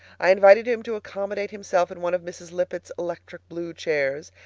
i invited him to accommodate himself in one of mrs. lippett's electric-blue chairs,